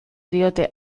diote